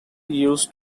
used